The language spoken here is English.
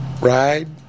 ride